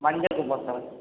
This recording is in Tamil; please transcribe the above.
மஞ்சக்குப்பம் சார்